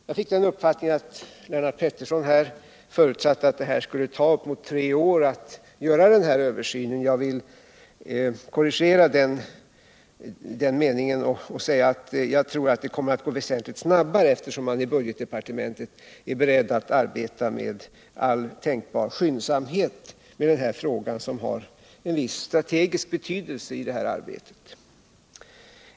Jag fick den uppfattningen att Lennart Pettersson här förutsatte att det skulle ta uppemot tre år att göra den här översynen, men jag vill korrigera på den punkten och säga att jag tror att det kommer att gå snabbare, eftersom man i budgetdepartementet är beredd att arbeta med all tänkbar skyndsamhet med frågan, som har en viss strategisk betydelse i det här arbetet.